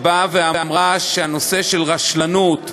שאמרה שהנושא של רשלנות,